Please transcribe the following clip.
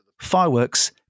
fireworks